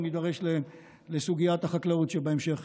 אם נידרש לסוגיית החקלאות בהמשך,